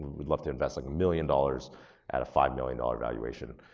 we'd love to invest like a million dollars at a five million dollar valuation.